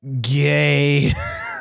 Gay